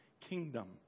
kingdom